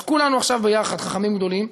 אז כולנו עכשיו ביחד חכמים גדולים,